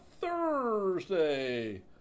Thursday